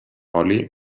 oli